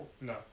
No